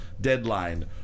deadline